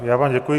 Já vám děkuji.